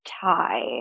tie